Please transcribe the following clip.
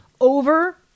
over